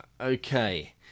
Okay